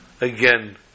Again